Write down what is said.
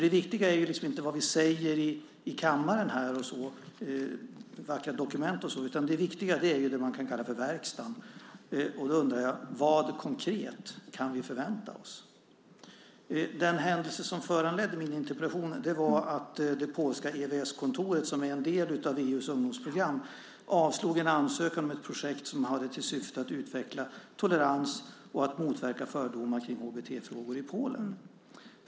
Det viktiga är ju liksom inte vad vi säger i kammaren och i vackra dokument, utan det viktiga är ju det som man kan kalla för verkstan. Då undrar jag: Vad konkret kan vi förvänta oss? Den händelse som föranledde min interpellation var att det polska EVS-kontoret, som är en del av EU:s ungdomsprogram, avslog en ansökan om ett projekt som hade till syfte att utveckla tolerans och motverka fördomar kring HBT-frågor i Polen.